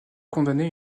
condamné